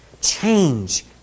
change